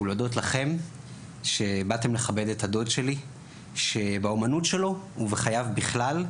ולהודות לכם שבאתם לכבד את הדוד שלי שבאומנות שלו ובחייו בכלל,